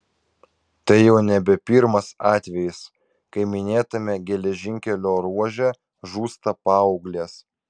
tai jau nebe pirmas atvejis kai minėtame geležinkelio ruože žūsta paauglės